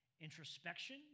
introspection